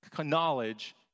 knowledge